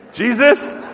Jesus